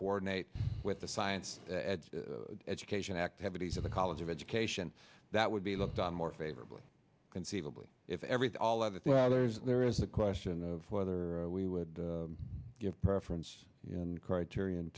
coordinate with the science at education activities of the college of education that would be looked on more favorably conceivably if everything all of that there is there is a question of whether we would give preference in criterion